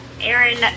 Aaron